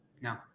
No